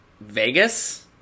Vegas